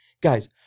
guys